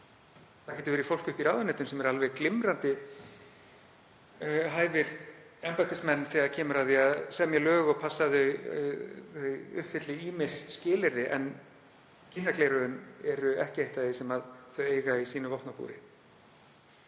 Það getur verið fólk uppi í ráðuneytum sem er alveg glimrandi hæfir embættismenn þegar kemur að því að semja lög og passa að þau uppfylli ýmis skilyrði, en kynjagleraugun eru ekki eitt af því sem þeir eiga í sínu vopnabúri.